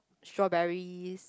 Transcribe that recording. strawberries